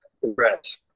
Congrats